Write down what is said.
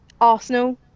Arsenal